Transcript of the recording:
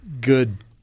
good